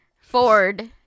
Ford